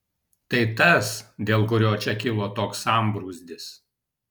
tai tas dėl kurio čia kilo toks sambrūzdis